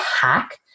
hack